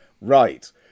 Right